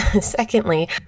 secondly